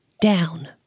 down